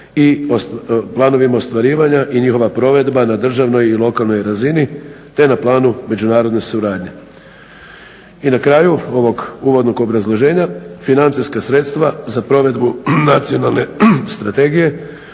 i planovima ostvarivanja i njihova provedba na državnoj i lokalnoj razini, te ne planu međunarodne suradnje. I na kraju ovog uvodnog obrazloženja, financijska sredstva za provedbu nacionalne strategije